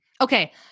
Okay